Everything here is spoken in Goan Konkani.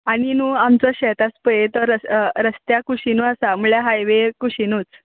आनी न्हय आमचो शेत आस पळय तो रस रस्त्या कुशिनू आसा म्हणल्यार हायवे कुशिनूच